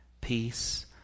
peace